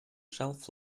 shelf